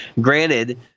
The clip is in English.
Granted